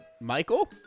Michael